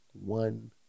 one